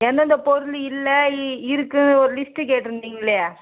எந்தெந்த பொருள் இல்லை இருக்குதுன்னு ஒரு லிஸ்ட்டு கேட்டிருந்தீங்களே